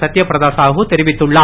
சத்தியபிரதா சாகு தெரிவித்துள்ளார்